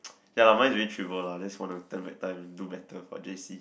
ya lah mine is really trivial lah just wanna turn back time and do better for j_c